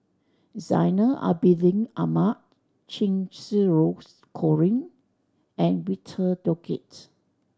Zainal Abidin Ahmad Cheng Xinru Colin and Victor Doggett